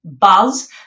buzz